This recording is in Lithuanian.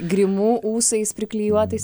grimu ūsais priklijuotais